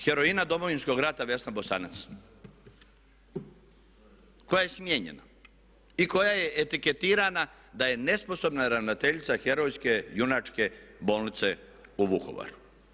Heroina Domovinskog rata Vesna Bosanac koja je smijenjena i koja je etiketirana da je nesposobna ravnateljica herojske, junačke bolnice u Vukovaru.